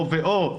או ואו,